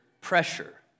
pressure